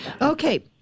okay